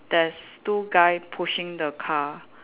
there's two guy pushing the car